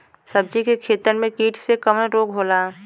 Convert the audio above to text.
सब्जी के खेतन में कीट से कवन रोग होला?